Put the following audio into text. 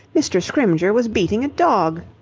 mr. scrymgeour was beating a dog.